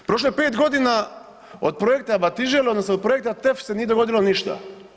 Prošlo je 5.g. od projekta Batižele odnosno od projekta TEF se nije dogodilo ništa.